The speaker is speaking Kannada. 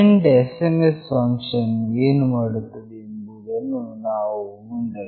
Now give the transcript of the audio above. ಸೆಂಡ್ SMS ಫಂಕ್ಷನ್ ವು ಏನು ಮಾಡುತ್ತದೆ ಎಂಬುದನ್ನು ನಾವು ಮುಂದಕ್ಕೆ ನೋಡೋಣ